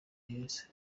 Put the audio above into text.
heza